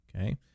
okay